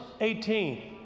18